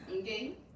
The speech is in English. okay